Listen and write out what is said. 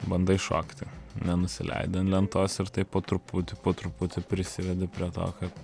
bandai šokti nenusileidi ant lentos ir taip po truputį po truputį prisidedi prie to kad